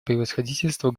превосходительству